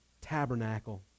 tabernacle